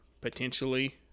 potentially